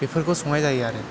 बेफोरखौ संनाय जायो आरो